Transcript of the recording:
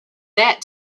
that